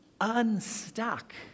unstuck